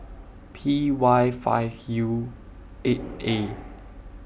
P Y five U eight A